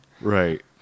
Right